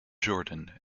jordan